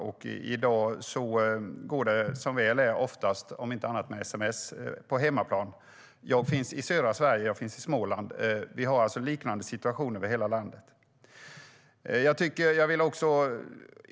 I dag fungerar det oftast, om inte annat än med sms, på hemmaplan. Jag bor i Småland, men situationen är densamma över hela landet.